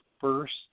first